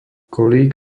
kolík